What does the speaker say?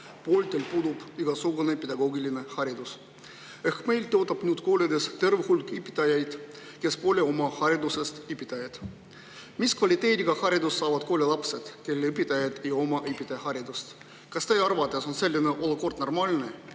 pooltel puudub igasugune pedagoogiline haridus. Ehk siis meil töötab koolides terve hulk õpetajaid, kes pole oma hariduselt õpetajad. Mis kvaliteediga haridust saavad koolilapsed, kelle õpetajad ei oma õpetajaharidust? Kas teie arvates on selline olukord normaalne